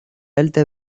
alta